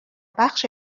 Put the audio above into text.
بخش